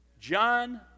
John